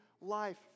life